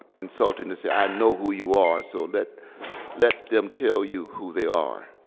insulting to say i know who you are. so let let them tell you who they are.